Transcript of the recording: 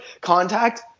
contact